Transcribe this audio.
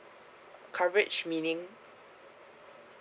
coverage meaning